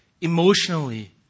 emotionally